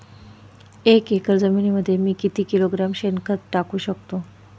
एक एकर जमिनीमध्ये मी किती किलोग्रॅम शेणखत टाकू शकतो?